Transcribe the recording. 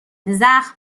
زخم